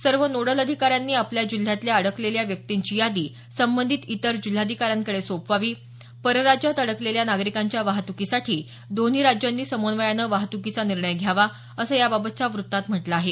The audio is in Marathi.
सर्व नोडल अधिकाऱ्यांनी आपल्या जिल्ह्यातल्या अडकलेल्या व्यक्तींची यादी संबंधित इतर जिल्हाधिकाऱ्यांकडे सोपवावी परराज्यात अडकलेल्या नागरिकांच्या वाहतुकीसाठी दोन्ही राज्यांनी समन्वयानं वाहतुकीचा निर्णय घ्यावा असं याबाबतच्या व्रत्तात म्हटलं आहे